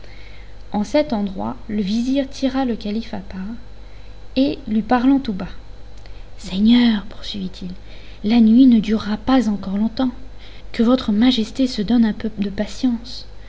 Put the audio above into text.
en cet endroit le vizir tira le calife à part et lui parlant tout bas seigneur poursuivit-il la nuit ne durera pas encore longtemps que votre majesté se donne un peu de patience